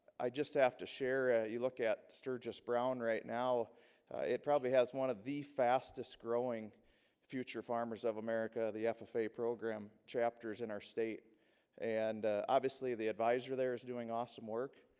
i just have to share you look at sturgis brown right now it probably has one of the fastest growing future farmers of america the ffa ffa program chapters in our state and obviously the advisor there is doing awesome work,